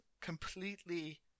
completely